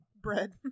Bread